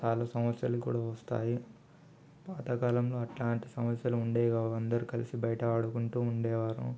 చాలా సమస్యలు కూడా వస్తాయి పాతకాలంలో అలాంటి సమస్యలు ఉండేవికావు అందరు కలిసి బయట ఆడుకుంటు ఉండేవారు